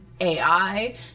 AI